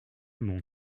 mon